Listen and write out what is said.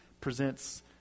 presents